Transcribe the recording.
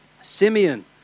Simeon